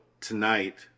tonight